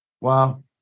Wow